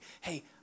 hey